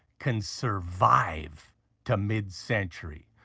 can survive to mid-century.